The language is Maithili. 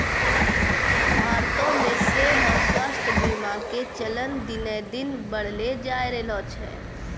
भारतो मे सेहो स्वास्थ्य बीमा के चलन दिने दिन बढ़ले जाय रहलो छै